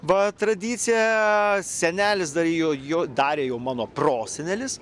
va tradicija senelis dar jo jo darė jau mano prosenelis